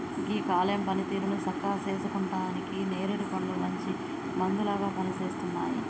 గీ కాలేయం పనితీరుని సక్కగా సేసుకుంటానికి నేరేడు పండ్లు మంచి మందులాగా పనిసేస్తున్నాయి